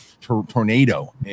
tornado